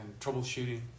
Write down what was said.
troubleshooting